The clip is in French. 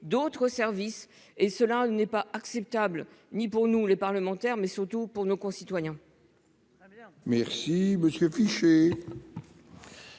d'autres services, et cela n'est pas acceptable ni pour nous les parlementaires mais surtout pour nos concitoyens.